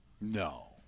No